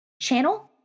channel